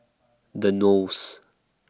The Knolls